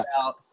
out